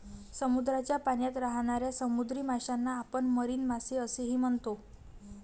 समुद्राच्या पाण्यात राहणाऱ्या समुद्री माशांना आपण मरीन मासे असेही म्हणतो